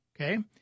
Okay